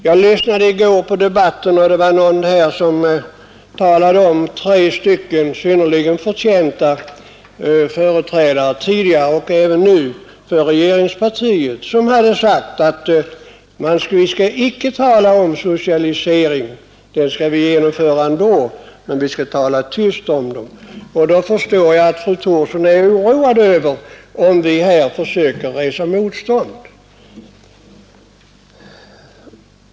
Jag lyssnade i går till debatten. Det var någon här i kammaren som talade om tre synnerligen förtjänta tidigare och nuvarande företrädare för regeringspartiet som hade sagt att vi skall icke tala om socialisering, den skall vi genomföra ändå — men vi skall tala tyst om den. Då förstår jag att fru Thorsson är oroad om vi här försöker resa motstånd.